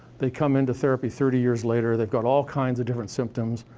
they come into therapy thirty years later, they've got all kinds of different symptoms,